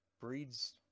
breeds